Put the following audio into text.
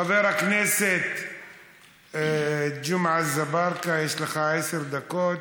חבר הכנסת ג'מעה אזברגה, יש לך עשר דקות.